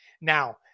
now